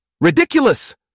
Ridiculous